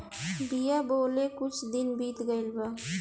बिया बोवले कुछ दिन बीत गइल बा